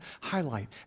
highlight